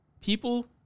people